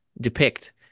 depict